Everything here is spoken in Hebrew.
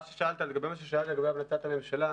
לגבי מה ששאלת, על החלטת הממשלה.